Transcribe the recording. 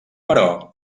però